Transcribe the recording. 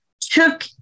took